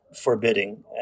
forbidding